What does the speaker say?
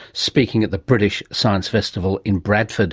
speaking at the british science festival in bradford